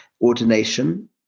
ordination